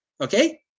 Okay